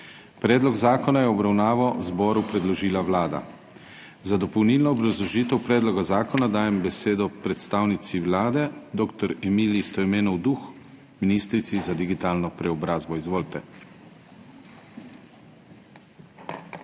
Predlog zakona je v obravnavo zboru predložila Vlada. Za dopolnilno obrazložitev predloga zakona dajem besedo predstavnici Vlade dr. Emiliji Stojmenovi Duh, ministrici za digitalno preobrazbo. Izvolite. DR.